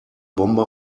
bombe